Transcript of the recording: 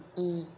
mm